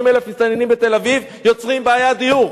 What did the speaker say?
50,000 מסתננים בתל-אביב יוצרים בעיית דיור.